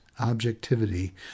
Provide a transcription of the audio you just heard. objectivity